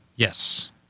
Yes